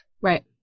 Right